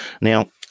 Now